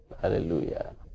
Hallelujah